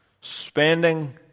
Spending